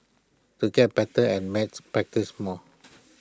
to get better at maths practise more